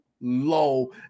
low